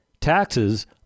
taxes